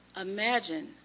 imagine